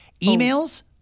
Emails